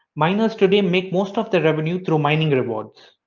miners today make most of the revenue through mining rewards.